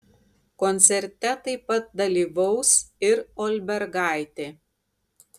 koncerte taip pat dalyvaus ir olbergaitė